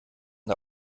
der